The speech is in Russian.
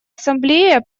ассамблея